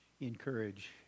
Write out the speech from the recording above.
encourage